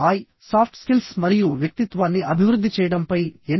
hi soft skills మరియు వ్యక్తిత్వాన్ని అభివృద్ధి చేయడంపై ఎన్